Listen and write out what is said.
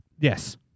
Yes